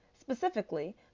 Specifically